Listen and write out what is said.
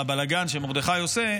מהבלגן שמרדכי עושה,